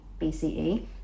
BCE